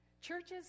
Churches